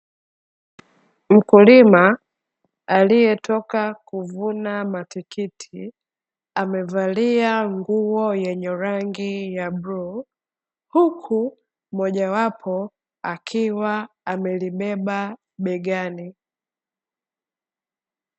Mkulima aliyetoka kuvuna matikiti, amevalia nguo yenye rangi ya bluu, huku moja wapo akiwa amelibeba begani.